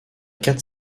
quatre